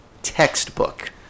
textbook